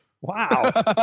Wow